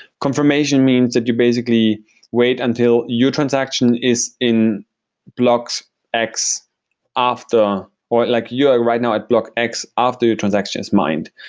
confirmation means that you basically wait until your transaction is in blocks x after or like you're right now at block x after your transaction is mined.